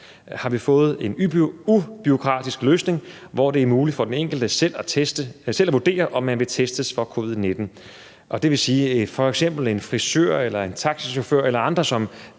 har vi fået en ubureaukratisk løsning, hvor det er muligt for den enkelte selv at vurdere, om man vil testes for covid-19. Det vil sige, at man som f.eks. frisør eller taxachauffør eller andet, som